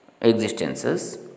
existences